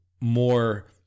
more